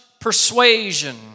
persuasion